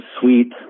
sweet